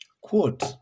quote